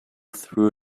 threw